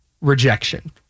Rejection